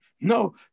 No